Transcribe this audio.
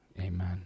amen